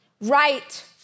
Right